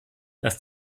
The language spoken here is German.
dass